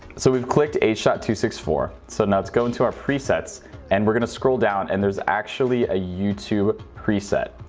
so we've clicked h point two six four so now let's go into our presets and we're gonna scroll down and there's actually a youtube preset,